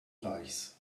reichs